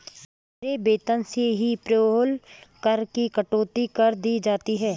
मेरे वेतन से ही पेरोल कर की कटौती कर दी जाती है